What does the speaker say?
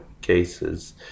cases